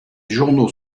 journaux